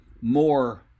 more